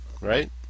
right